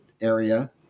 area